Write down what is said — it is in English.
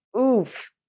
oof